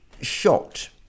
shocked